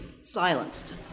silenced